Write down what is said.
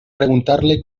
preguntarle